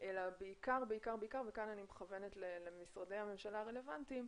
אלא בעיקר וכאן אני מכוונת למשרדי הממשלה הרלוונטיים